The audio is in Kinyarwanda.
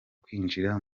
kwinjira